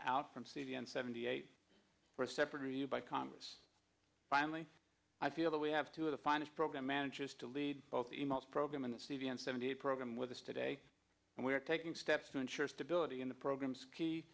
out from cd and seventy eight for a separate review by congress finally i feel that we have two of the finest program managers to lead both the most program in the c v and seventy program with us today and we are taking steps to ensure stability in the programs key